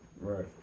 right